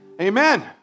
Amen